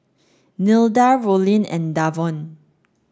Nilda Rollin and Davon